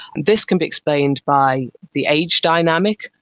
this can be explained by the age dynamic.